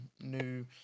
new